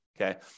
Okay